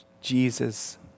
Jesus